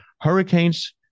Hurricanes